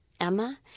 emma